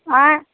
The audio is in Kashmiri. اچھ